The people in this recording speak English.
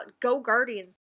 GoGuardian